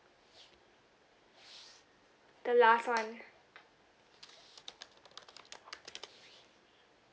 the last [one]